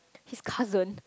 his cousin